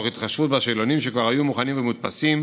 תוך התחשבות בשאלונים שכבר היו מוכנים ומודפסים.